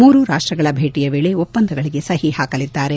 ಮೂರೂ ರಾಷ್ಟಗಳ ಭೇಟಿಯ ವೇಳೆ ಒಪ್ಪಂದಗಳಿಗೆ ಸಹಿ ಹಾಕಲಿದ್ದಾರೆ